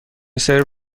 سرو